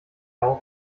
auch